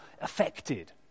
affected